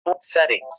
settings